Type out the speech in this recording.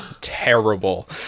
terrible